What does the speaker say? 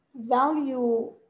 value